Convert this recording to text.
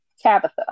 Tabitha